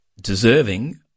deserving